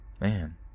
Man